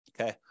Okay